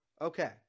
Okay